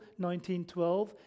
1912